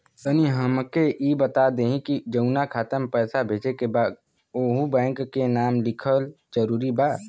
तनि हमके ई बता देही की जऊना खाता मे पैसा भेजे के बा ओहुँ बैंक के नाम लिखल जरूरी बा?